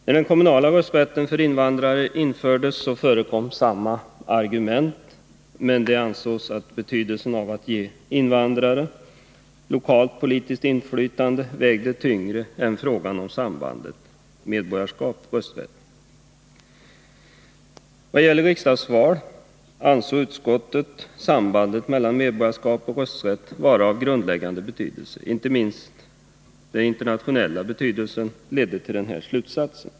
När den kommunala rösträtten för invandrare infördes förekom samma argument, men det ansågs att betydelsen av att ge invandrarna lokalt politiskt inflytande vägde tyngre än frågan om sambandet mellan medborgarskap och rösträtt. Vad gäller riksdagsval ansåg utskottet sambandet mellan medborgarskap och rösträtt vara av grundläggande betydelse. Inte minst frågans internationella betydelse ledde till denna slutsats.